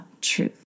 truth